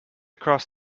cross